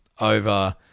over